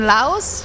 Laos